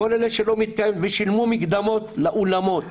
אנשים שילמו מקדמות לאולמות.